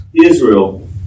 Israel